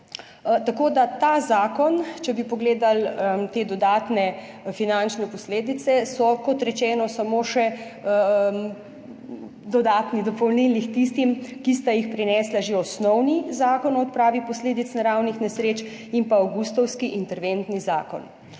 celotno sliko. Če bi pogledali te dodatne finančne posledice, so, kot rečeno, samo še dodatna dopolnila k tistim, ki sta jih prinesla že osnovni Zakon o odpravi posledic naravnih nesreč in pa avgustovski interventni zakon.